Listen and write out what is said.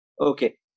Okay